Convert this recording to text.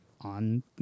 on